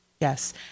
Yes